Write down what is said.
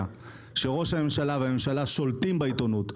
שראש הממשלה והממשלה שולטים בעיתונות,